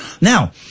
Now